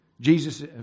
Jesus